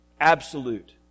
absolute